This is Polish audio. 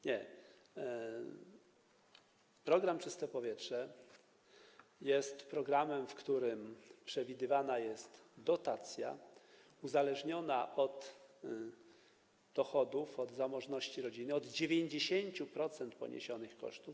Nie, program „Czyste powietrze” jest programem, w którym przewidywana jest dotacja uzależniona od dochodów, od zamożności rodziny - od 30 do 90% poniesionych kosztów.